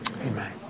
Amen